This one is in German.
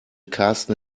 karsten